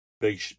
Big